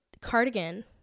Cardigan